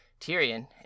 Tyrion